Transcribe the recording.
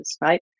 Right